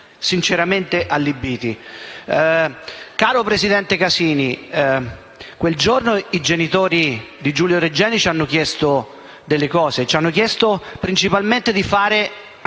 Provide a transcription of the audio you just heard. sinceramente allibiti. Caro presidente Casini, quel giorno i genitori di Giulio Regeni ci hanno chiesto delle cose: ci hanno chiesto principalmente di fare